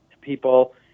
people